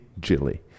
Jilly